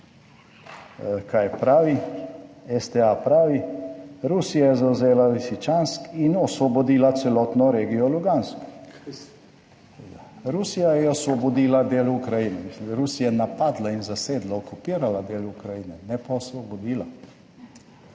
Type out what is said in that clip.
Kaj pravi? STA pravi: Rusija je zavzela Vasičansk in osvobodila celotno regijo Lugansk. Rusija je osvobodila del Ukrajine. Mislim, Rusija je napadla in zasedla, okupirala del Ukrajine, ne pa osvobodila.